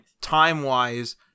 time-wise